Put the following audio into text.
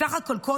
בסך הכול,